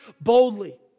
boldly